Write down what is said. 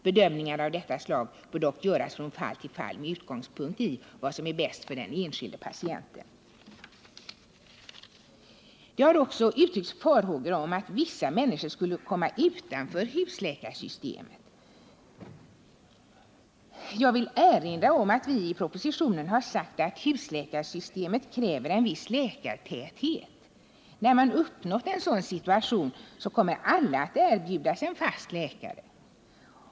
Bedömningar av detta slag bör dock göras från fall till fall med utgångspunkt i vad som är bäst för den enskilde patienten.” Det har också uttryckts farhågor för att vissa människor skulle komma utanför husläkarsystemet. Jag vill erinra om att vi i propositionen har sagt att husläkarsystemet kräver en viss läkartäthet. När vi har uppnått en sådan situation kommer alla att erbjudas en fast läkare.